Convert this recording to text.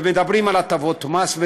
ומדברים על הטבות מס.